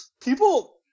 people –